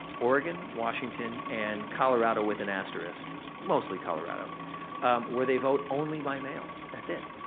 oregon, washington, and colorado with an asterisk, mostly colorado where they vote only by mail, that's it.